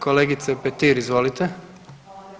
Kolegice Petir, izvolite.